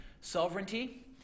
sovereignty